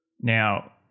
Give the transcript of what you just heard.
Now